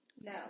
no